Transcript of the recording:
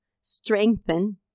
strengthen